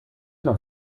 noch